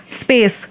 space